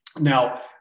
Now